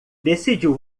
decidiu